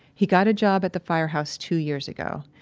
he got a job at the firehouse two years ago,